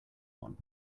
one